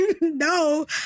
No